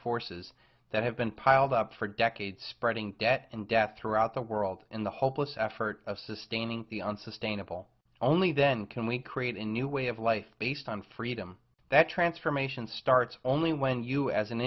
forces that have been piled up for decades spreading debt and death throughout the world in the hopeless effort of sustaining the unsustainable only then can we create a new way of life based on freedom that transformation starts only when you as an